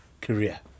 career